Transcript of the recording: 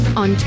on